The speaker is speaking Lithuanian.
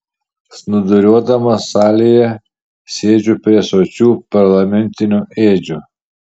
snūduriuodamas salėje sėdžiu prie sočių parlamentinių ėdžių